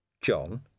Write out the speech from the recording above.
John